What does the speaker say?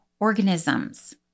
organisms